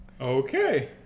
Okay